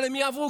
אבל הם יעברו,